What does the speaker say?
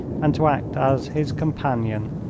and to act as his companion.